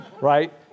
right